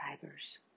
fibers